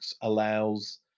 allows